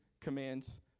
commands